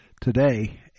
today